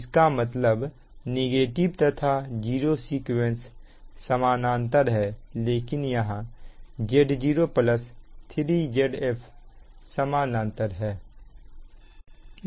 इसका मतलब नेगेटिव तथा जीरो सीक्वेंस समानांतर है लेकिन यहां Z0 3 Zf समानांतर है